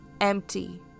empty